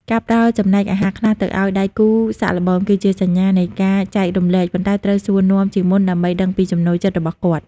ការផ្ដល់ចំណែកអាហារខ្លះទៅឱ្យដៃគូសាកល្បង គឺជាសញ្ញានៃការចែករំលែក ប៉ុន្តែត្រូវសួរនាំជាមុនដើម្បីដឹងពីចំណូលចិត្តរបស់គាត់។